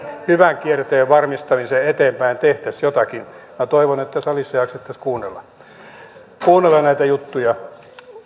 hyvän kierteen varmistamisen eteen tehtäisiin jotakin minä toivon että salissa jaksettaisiin kuunnella näitä juttuja